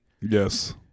Yes